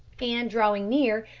and, drawing near,